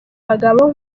abagabo